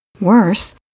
Worse